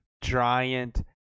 giant